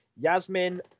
Yasmin